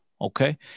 Okay